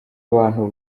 abantu